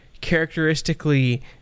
characteristically